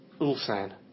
Ulsan